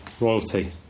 Royalty